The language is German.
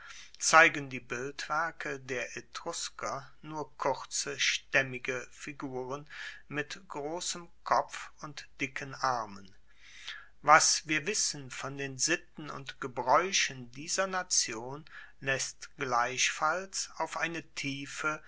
zeigen die bildwerke der etrusker nur kurze staemmige figuren mit grossem kopf und dicken armen was wir wissen von den sitten und gebraeuchen dieser nation laesst gleichfalls auf eine tiefe